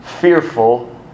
fearful